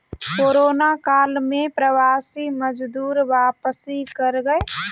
corona काल में प्रवासी मजदूर वापसी कर गए